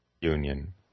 union